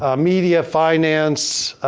ah media, finance,